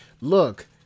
look